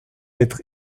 être